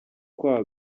kwa